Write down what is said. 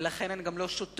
ולכן הן גם לא שותות,